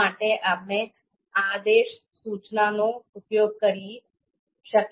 આ માટે આપણે આદેશ સૂચિનો ઉપયોગ કરી શકીએ છીએ